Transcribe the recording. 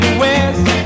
west